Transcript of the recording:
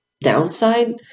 downside